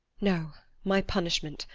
no my punishment,